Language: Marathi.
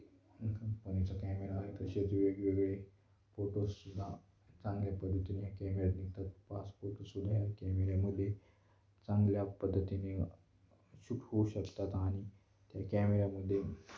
कंपनीचा कॅमेरा आहे तसेच वेगवेगळे फोटोजसुद्धा चांगल्या पद्धतीने या कॅमेऱ्यात निघतात पाच फोटोजसुद्धा या कॅमेऱ्यामध्ये चांगल्या पद्धतीने शूट होऊ शकतात आणि त्या कॅमेऱ्यामध्ये